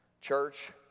Church